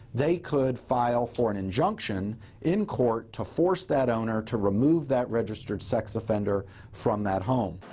they could file for an injunction in court to force that owner to remove that registered sex offender from that home.